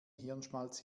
hirnschmalz